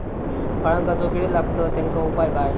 फळांका जो किडे लागतत तेनका उपाय काय?